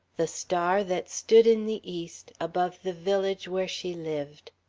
the star that stood in the east above the village where she lived.